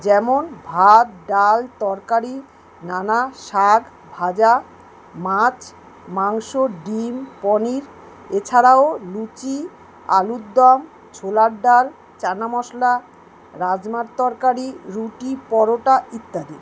যেমন ভাত ডাল তরকারি নানা শাক ভাজা মাছ মাংস ডিম পনির এছাড়াও লুচি আলুর দম ছোলার ডাল চানা মশলা রাজমার তরকারি রুটি পরোটা ইত্যাদি